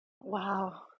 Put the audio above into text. Wow